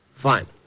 Fine